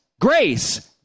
grace